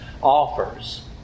offers